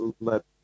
let